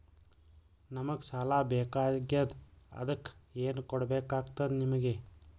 ನಮಗ ಸಾಲ ಬೇಕಾಗ್ಯದ ಅದಕ್ಕ ಏನು ಕೊಡಬೇಕಾಗ್ತದ ನಿಮಗೆ?